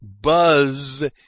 Buzz